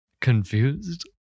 Confused